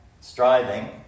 Striving